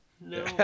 No